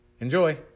Enjoy